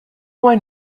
why